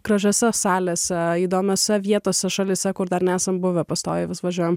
gražiose salėse įdomiose vietose šalyse kur dar nesam buvę pastoviai vis važiuojam